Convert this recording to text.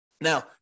Now